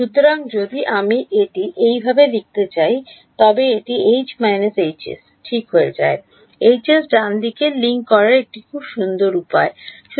সুতরাং যদি আমি এটি এইভাবে লিখতে চাই তবে এটি H Hs ঠিক হয়ে যায় Hs যুক্ত করার একটি খুব সুন্দর উপায় ঠিক আছে